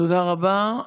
תודה רבה.